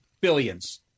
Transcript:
billions